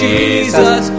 Jesus